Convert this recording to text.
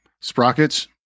Sprockets